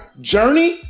journey